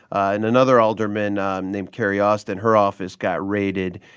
and another alderman um named carrie austin, her office got raided.